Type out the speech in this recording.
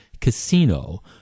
casino